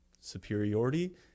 superiority